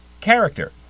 character